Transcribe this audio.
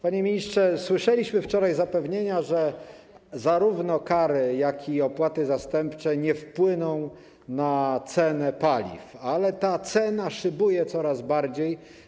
Panie ministrze, słyszeliśmy wczoraj zapewnienia, że zarówno kary, jak i opłaty zastępcze nie wpłyną na cenę paliw, ale ta cena szybuje coraz bardziej.